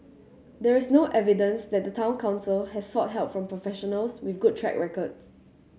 there is no evidence that the Town Council has sought help from professionals with good track records